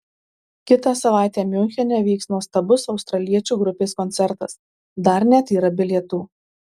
kitą savaitę miunchene vyks nuostabus australiečių grupės koncertas dar net yra bilietų